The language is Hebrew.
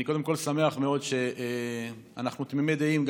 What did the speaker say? אני קודם כול שמח מאוד שאנחנו תמימי דעים,